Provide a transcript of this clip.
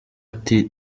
ati